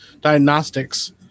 Diagnostics